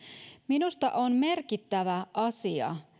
minusta on merkittävä asia